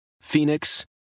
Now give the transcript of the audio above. Phoenix